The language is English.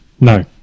No